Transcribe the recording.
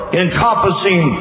encompassing